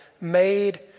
made